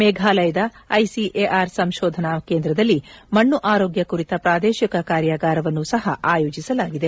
ಮೇಘಾಲಯದ ಐಸಿಎಆರ್ ಸಂಶೋಧನಾ ಕೇಂದ್ರದಲ್ಲಿ ಮಣ್ಣು ಆರೋಗ್ಯ ಕುರಿತ ಪ್ರಾದೇಶಿಕ ಕಾರ್ಯಾಗಾರವನ್ನು ಸಹ ಆಯೋಜಿಸಲಾಗಿದೆ